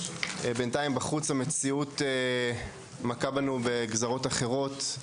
בינתיים בחוץ המציאות מכה בנו בגזרות אחרות.